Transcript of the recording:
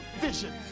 vision